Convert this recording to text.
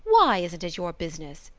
why isn't it your business?